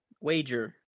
Wager